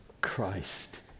Christ